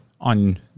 on